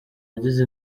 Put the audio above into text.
agize